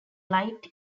light